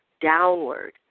downward